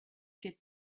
get